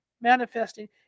manifesting